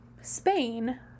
Spain